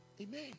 Amen